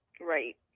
right